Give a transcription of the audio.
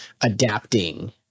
adapting